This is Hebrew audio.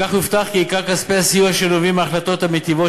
בכך יובטח כי עיקר כספי הסיוע שנובעים מההחלטות המטיבות